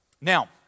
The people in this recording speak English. Now